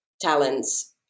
talents